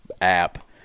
app